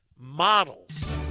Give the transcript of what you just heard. models